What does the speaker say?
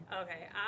Okay